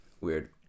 weird